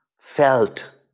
felt